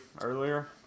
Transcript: earlier